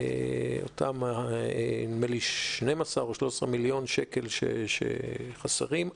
נדמה לי ש-12 מיליון שקל חסרים,